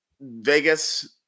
Vegas